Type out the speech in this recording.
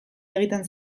egiten